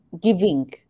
giving